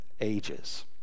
ages